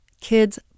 Kids